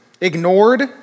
ignored